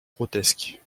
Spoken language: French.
grotesques